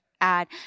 add